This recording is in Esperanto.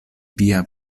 via